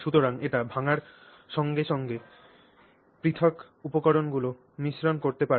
সুতরাং এটি ভাঙার সগে সঙ্গে পৃথক পৃথক উপকরণগুলি মিশ্রণ করতে পারে